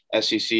SEC